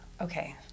okay